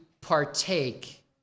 partake